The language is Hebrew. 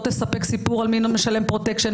לא תספק סיפור על מי לא משלם פרוטקשן,